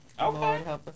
Okay